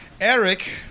Eric